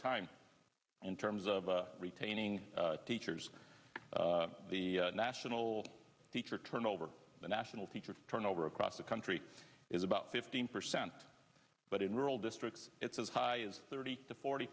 time in terms of retaining teachers the national teacher turnover the national teacher of turnover across the country is about fifteen percent but in rural districts it's as high as thirty to forty